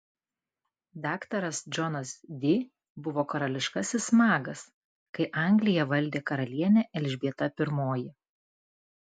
daktaras džonas di buvo karališkasis magas kai angliją valdė karalienė elžbieta i